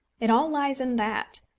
it all lies in that.